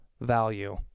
value